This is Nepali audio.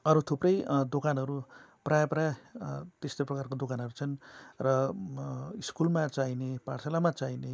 अरू थुप्रै दोकानहरू प्राय प्राय त्यस्तो प्रकारको दोकानहरू छन् र स्कुलमा चाहिने पाठशालामा चाहिने